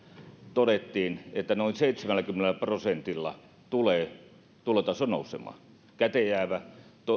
todettiin että noin seitsemälläkymmenellä prosentilla tulee tulotaso nousemaan käteen jäävä